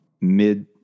mid